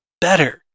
better